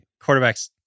quarterbacks